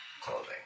clothing